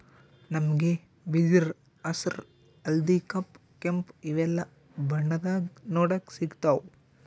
ನಮ್ಗ್ ಬಿದಿರ್ ಹಸ್ರ್ ಹಳ್ದಿ ಕಪ್ ಕೆಂಪ್ ಇವೆಲ್ಲಾ ಬಣ್ಣದಾಗ್ ನೋಡಕ್ ಸಿಗ್ತಾವ್